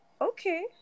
okay